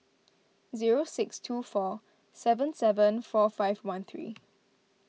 zero six two four seven seven four five one three